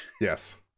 Yes